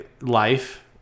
life